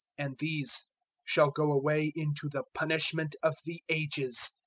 and these shall go away into the punishment of the ages,